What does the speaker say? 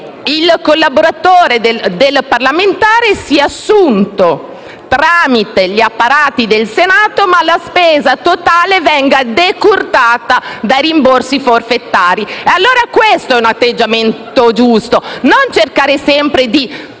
il collaboratore del parlamentare sia assunto tramite gli apparati del Senato ma la spesa totale venga decurtata dai rimborsi forfetari. Questo è l'atteggiamento giusto, non cercare sempre di